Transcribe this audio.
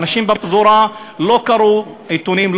ואנשים בפזורה לא קראו עיתונים,